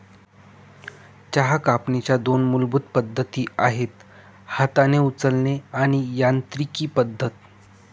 चहा कापणीच्या दोन मूलभूत पद्धती आहेत हाताने उचलणे आणि यांत्रिकी पद्धत